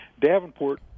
Davenport